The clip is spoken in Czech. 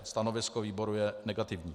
Stanovisko výboru je negativní.